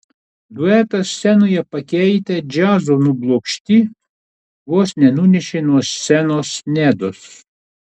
duetą scenoje pakeitę džiazo nublokšti vos nenunešė nuo scenos nedos